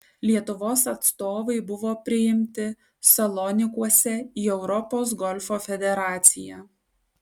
lietuvos atstovai buvo priimti salonikuose į europos golfo federaciją